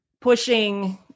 pushing